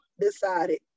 decided